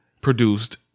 produced